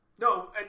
No